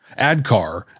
ADCAR